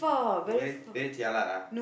[wah] very very jialat ah